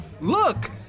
Look